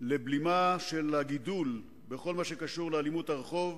לבלימה של הגידול בכל מה שקשור לאלימות הרחוב,